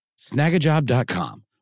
Snagajob.com